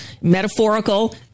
metaphorical